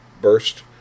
burst